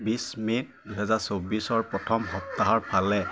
বিছ মে দুহেজাৰ চৌবিছৰ প্ৰথম সপ্তাহৰ ফালে